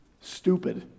stupid